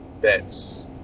bets